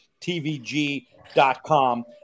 tvg.com